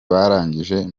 barangije